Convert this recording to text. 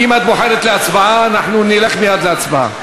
אבל אם את בוחרת הצבעה, אנחנו נלך מייד להצבעה.